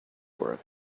work